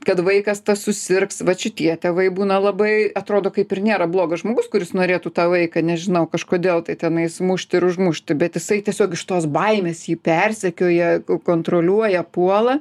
kad vaikas susirgs vat šitie tėvai būna labai atrodo kaip ir nėra blogas žmogus kuris norėtų tą vaiką nežinau kažkodėl tai tenais mušti ir užmušti bet jisai tiesiog iš tos baimės jį persekioja kontroliuoja puola